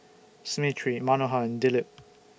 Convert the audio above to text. Smriti Manohar and Dilip